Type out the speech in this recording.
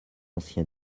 ancien